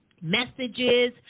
messages